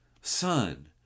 son